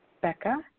Becca